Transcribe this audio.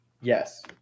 Yes